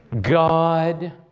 God